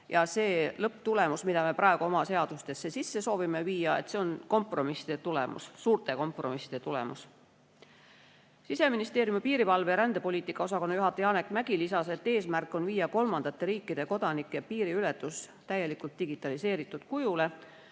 ja see lõpptulemus, mida me praegu oma seadustesse sisse soovime viia, on kompromisside tulemus, suurte kompromisside tulemus. Siseministeeriumi piirivalve- ja rändepoliitika osakonna juhataja Janek Mägi lisas, et eesmärk on viia kolmandate riikide kodanike piiriületus täielikult digitaliseeritud kujule,